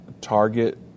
target